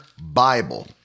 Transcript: Bible